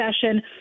session